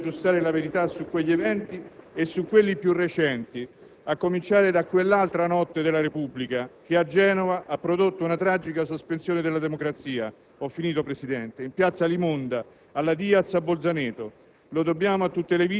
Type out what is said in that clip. ogni tentativo di aggiustare la verità su quegli eventi e su quelli più recenti, a cominciare da quell'altra notte della Repubblica, che a Genova ha prodotto una tragica sospensione della democrazia (mi avvio a concludere, signor Presidente) in piazza Alimonda, alla scuola Diaz e